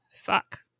fuck